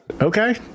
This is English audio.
Okay